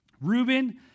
Reuben